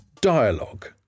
Dialogue